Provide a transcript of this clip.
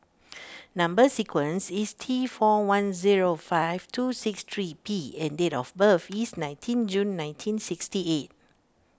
Number Sequence is T four one zero five two six three P and date of birth is nineteen June nineteen sixty eight